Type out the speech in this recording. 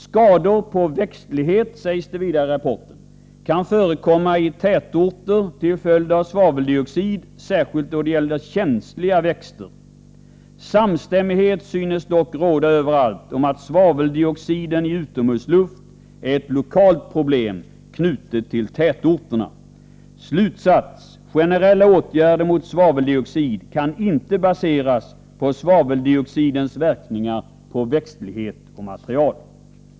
Skador på växtlighet, sägs det vidare i rapporten, kan förekomma i tätorter till följd av svaveldioxid, särskilt då det gäller känsliga växter. Samstämmighet synes dock råda överallt om att svaveldioxiden i utomhusluft är ett lokalt problem knutet till tätorterna. Slutsats: Generella åtgärder mot svaveldioxid kan inte baseras på svaveldioxidens verkningar på växtlighet och material.